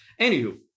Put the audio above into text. anywho